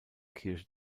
kirche